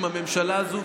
עם הממשלה הזו,